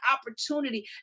opportunity